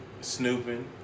snooping